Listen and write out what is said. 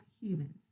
humans